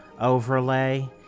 overlay